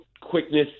quickness